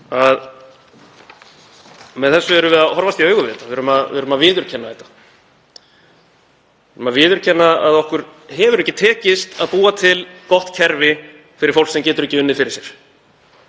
með henni erum við að horfast í augu þetta, við erum að viðurkenna þetta. Við erum að viðurkenna að okkur hefur ekki tekist að búa til gott kerfi fyrir fólk sem getur ekki unnið fyrir sér.